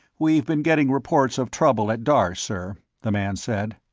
we've been getting reports of trouble at darsh, sir, the man said.